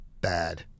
Bad